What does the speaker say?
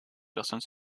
personnes